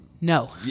No